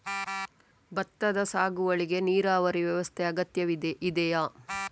ಭತ್ತದ ಸಾಗುವಳಿಗೆ ನೀರಾವರಿ ವ್ಯವಸ್ಥೆ ಅಗತ್ಯ ಇದೆಯಾ?